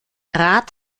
rat